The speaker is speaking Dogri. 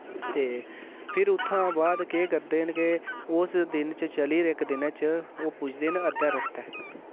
ते फिर उत्था बाद केह् करदे न केह् ओह् दिन च चलियै ते इक दिना च ओह् पुजदे न अद्धे रस्ता